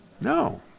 No